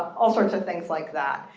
all sorts of things like that.